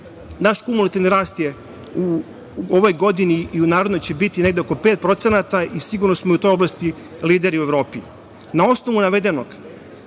Naš kumulativni rast u ovoj godini i u narednoj će biti negde oko 5% i sigurno smo i u toj oblasti lideri u Evropi. Na osnovu navedenog,